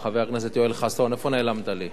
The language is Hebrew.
יואל חסון, איפה נעלמת לי?